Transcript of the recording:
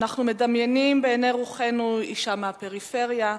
אנחנו מדמיינים בעיני רוחנו אשה מהפריפריה,